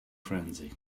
frenzy